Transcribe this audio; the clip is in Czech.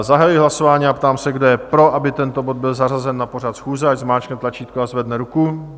Zahajuji hlasování a ptám se, kdo je pro, aby tento bod byl zařazen na pořad schůze, ať zmáčkne tlačítko a zvedne ruku.